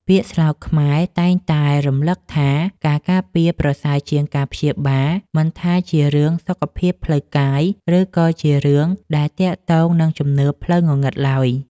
ពាក្យស្លោកខ្មែរតែងតែរំលឹកថាការការពារប្រសើរជាងការព្យាបាលមិនថាជារឿងសុខភាពផ្លូវកាយ ឬក៏ជារឿងដែលទាក់ទងនឹងជំនឿផ្លូវងងឹតឡើយ។